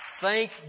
Thank